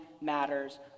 matters